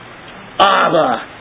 Abba